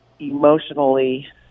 emotionally